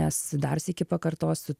nes dar sykį pakartosiu